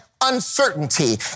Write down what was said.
uncertainty